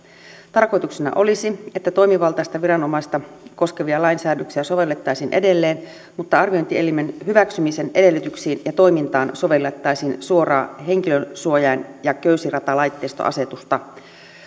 tarkoituksena olisi että toimivaltaista viranomaista koskevia lainsäädöksiä sovellettaisiin edelleen mutta arviointielimen hyväksymisen edellytyksiin ja toimintaan sovellettaisiin suoraan henkilönsuojain ja köysiratalaitteistoasetusta